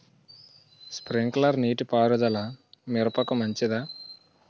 Sprinkler నీటిపారుదల మిరపకు మంచిదా?